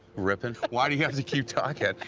ripon. why do you have to keep talking?